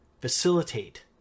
facilitate